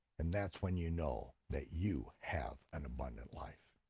and that's when you know that you have an abundant life.